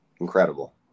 incredible